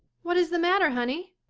what is the matter, honey?